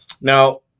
Now